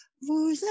Vous